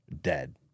dead